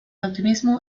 optimismo